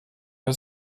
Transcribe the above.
der